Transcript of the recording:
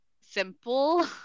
simple